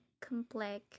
complex